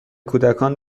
کودکان